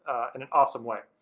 an awesome way.